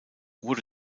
wurde